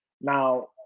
Now